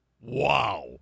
Wow